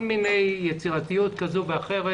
יצירתיות כזו ואחרת.